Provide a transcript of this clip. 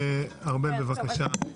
ארבל, בבקשה.